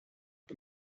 the